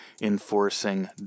enforcing